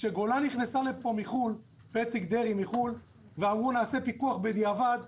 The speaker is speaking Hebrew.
כש"גולן" נכנסה לפה מחו"ל ואמרו "נעשה פיקוח בדיעבד",